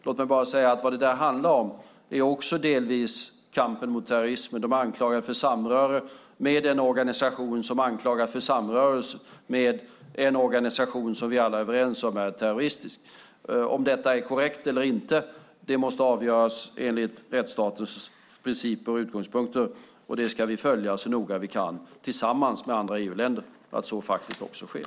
Låt mig bara säga att det också delvis handlar om kampen mot terrorismen. De är anklagade för samröre med en organisation som vi alla är överens om är terroristisk. Om detta är korrekt eller inte måste avgöras enligt rättsstatens principer och utgångspunkter. Och vi ska följa så noga vi kan, tillsammans med andra EU-länder, att så faktiskt sker.